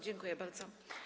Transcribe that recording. Dziękuję bardzo.